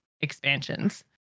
expansions